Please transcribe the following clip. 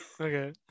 okay